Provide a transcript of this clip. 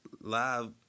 live